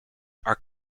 are